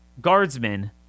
Guardsmen